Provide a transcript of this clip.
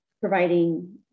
providing